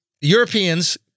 Europeans